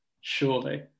surely